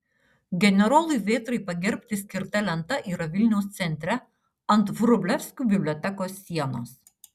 generolui vėtrai pagerbti skirta lenta yra vilniaus centre ant vrublevskių bibliotekos sienos